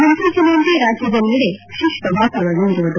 ಮುನ್ಲೂಚನೆಯಂತೆ ರಾಜ್ಯದೆಲ್ಲೆಡೆ ಶುಷ್ಕ ವಾತಾವರಣವಿರುವುದು